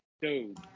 Dude